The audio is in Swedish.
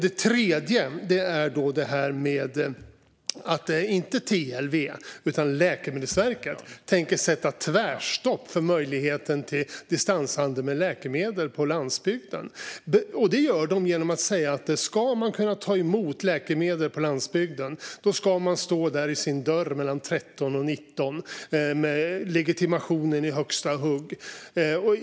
Det tredje handlar om att Läkemedelsverket - inte TLV - tänker sätta tvärstopp för möjligheten till distanshandel med läkemedel på landsbygden. Det gör de genom att säga att om man ska ta emot läkemedel på landsbygden ska man stå där i sin dörr mellan klockan 13 och 19 med legitimationen i högsta hugg.